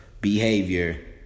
behavior